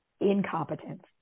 incompetence